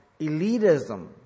elitism